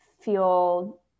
feel